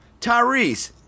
Tyrese